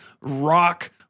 rock